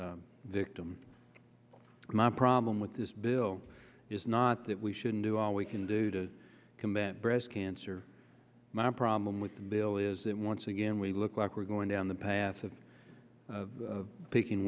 s victim my problem with this bill is not that we shouldn't do all we can do to combat breast cancer my problem with the bill is that once again we look like we're going down the path of of picking